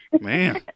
man